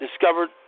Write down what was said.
discovered